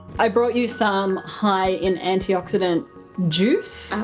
i brought you some high in antioxidant juice.